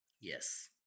Yes